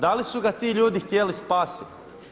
Da li su ga ti ljudi htjeli spasiti?